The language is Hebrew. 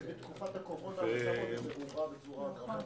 בתקופת הקורונה המצב עוד הורע בצורה דרמטית.